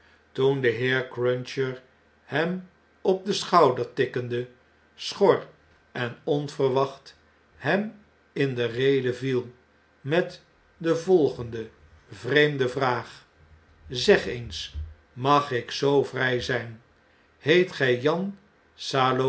toen de heer cruncher hem op den schouder tikkende schor en onverwacht hem in de rede viel met de volgende vreemde vraag zeg eens mag ik zoo vrjj zjjn heet gij jan